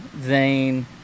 Zane